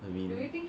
I mean